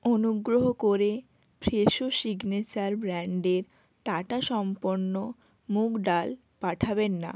অনুগ্রহ করে Fresho signature ব্র্যান্ডের টাটা সম্পন্ন মুগ ডাল পাঠাবেন না